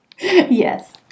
Yes